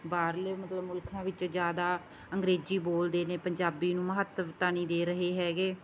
ਬਾਹਰਲੇ ਮਤਲਬ ਮੁਲਕਾਂ ਵਿੱਚ ਜ਼ਿਆਦਾ ਅੰਗਰੇਜ਼ੀ ਬੋਲਦੇ ਨੇ ਪੰਜਾਬੀ ਨੂੰ ਮਹੱਤਵਤਾ ਨਹੀਂ ਦੇ ਰਹੇ ਹੈਗੇ